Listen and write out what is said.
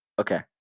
Okay